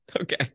Okay